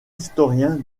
historiens